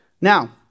Now